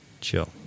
chill